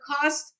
cost